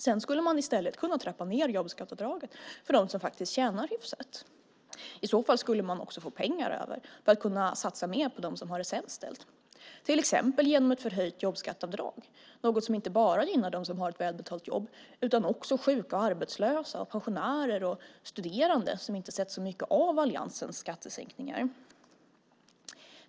Man skulle i stället kunna trappa ned jobbskatteavdraget för dem som tjänar hyfsat. I så fall skulle man få pengar över att satsa mer på dem som har det sämst ställt. Det skulle till exempel kunna ske genom ett förhöjt grundavdrag. Det är något som inte bara gynnar dem som har ett välbetalt jobb utan också sjuka, arbetslösa, pensionärer och studerande som inte sett så mycket av alliansens skattesänkningar.